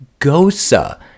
gosa